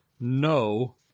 no